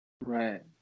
right